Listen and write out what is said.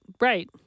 right